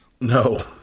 No